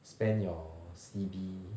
spend your C_B